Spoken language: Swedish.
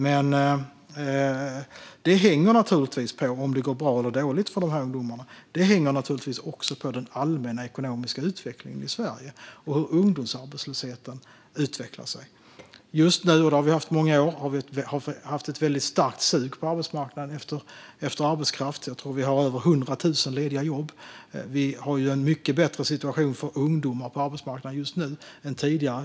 Men det hänger naturligtvis på om det går bra eller dåligt för de här ungdomarna, och det hänger naturligtvis också på den allmänna ekonomiska utvecklingen i Sverige och hur ungdomsarbetslösheten utvecklar sig. Just nu har vi - och det har vi haft i många år - ett starkt sug på arbetsmarknaden efter arbetskraft. Jag tror att vi har över 100 000 lediga jobb. Vi har en mycket bättre situation för ungdomar på arbetsmarknaden just nu än tidigare.